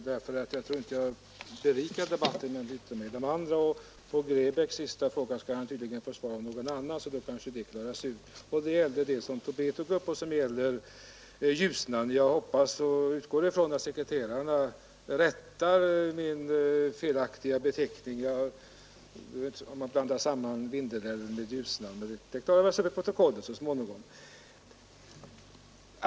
Herr talman! Eftersom jag inte tror att jag berikar debatten genom att yttra mig om allt som här sagts och eftersom herr Grebäck tydligen skall få svar från någon annan, skall jag ta upp en enda fråga, nämligen det som herr Tobé sade om Ljusnan. Jag utgår från att stenograferna rättar min felaktiga beteckning om jag blandade samman Vindelälven och Ljusnan, men det klaras väl i protokollet så småningom.